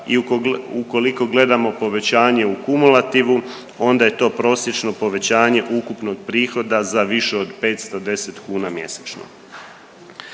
i ukoliko gledamo povećanje u kumulativu onda je to prosječno povećanje ukupnog prihoda za više od 510 kuna mjesečno.